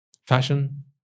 Fashion